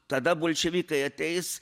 tada bolševikai ateis